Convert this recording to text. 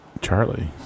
Charlie